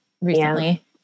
recently